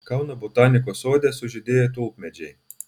kauno botanikos sode sužydėjo tulpmedžiai